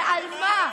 ועל מה?